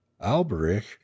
Alberich